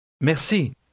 Merci